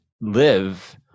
live